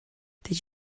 did